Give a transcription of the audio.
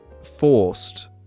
forced